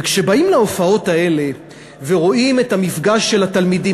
וכשבאים להופעות האלה ורואים את המפגש של התלמידים,